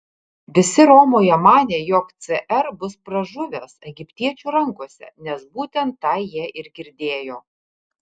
visi romoje manė jog cr bus pražuvęs egiptiečių rankose nes būtent tą jie ir girdėjo